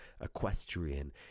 equestrian